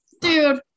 dude